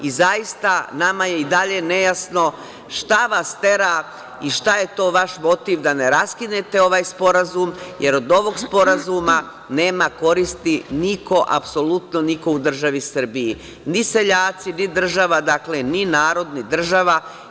Zaista, nama je i dalje nejasno – šta vas tera i šta je to vaš motiv da ne raskinete ovaj Sporazume, jer od ovog Sporazuma nema koristi niko, apsolutno niko u državi Srbiji, ni seljaci, ni država, dakle, ni narod, ni država.